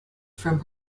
from